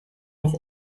noch